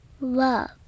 Love